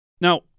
Now